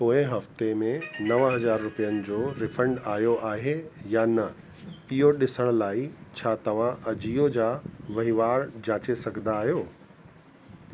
पोइ हफ़्ते में नव हज़ार रुपयनि जो रीफंड आहियो आहे या न इहो ॾिसण लाइ छा तव्हां अजियो जा वहिंवार जाचे सघंदा आहियो